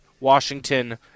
Washington